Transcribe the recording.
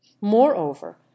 moreover